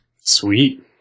sweet